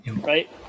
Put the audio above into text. right